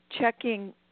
checking